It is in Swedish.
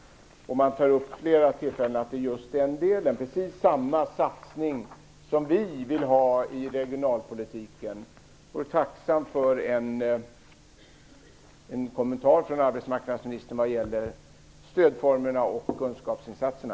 Det är precis samma satsning som vi vill göra i regionalpolitiken. Jag vore tacksam för en kommentar från arbetsmarknadsministern vad gäller stödformerna och kunskapsinsatserna.